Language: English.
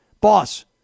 boss